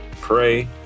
pray